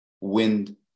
wind